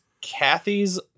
Kathy's